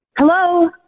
Hello